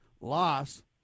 loss